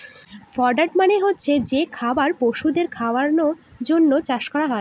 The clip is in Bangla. ফডার মানে হচ্ছে যে খাবার পশুদের খাওয়ানোর জন্য চাষ করা হয়